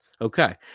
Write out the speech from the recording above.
Okay